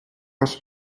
ваше